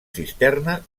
cisterna